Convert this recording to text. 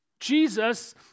Jesus